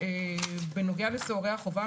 בנוגע לסוהרי החובה,